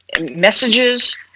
messages